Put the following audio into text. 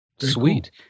Sweet